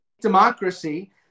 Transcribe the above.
democracy